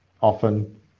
often